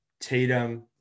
Tatum